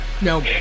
no